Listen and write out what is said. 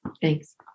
Thanks